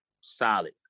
solid